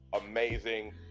amazing